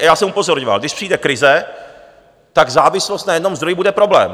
Já jsem upozorňoval, když přijde krize, tak závislost na jednom zdroji bude problém.